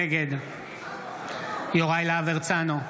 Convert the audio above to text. נגד יוראי להב הרצנו,